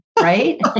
right